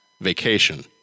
Vacation